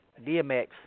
DMX